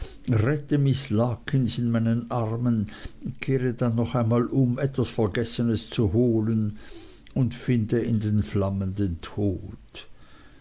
in meinen armen kehre dann noch einmal um etwas vergessenes zu holen und finde in den flammen den tod